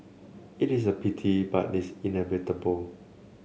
it is a pity but it's inevitable